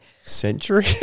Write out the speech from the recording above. Century